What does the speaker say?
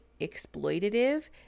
exploitative